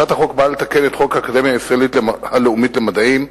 הצעת החוק באה לתקן את חוק האקדמיה הישראלית הלאומית למדעים,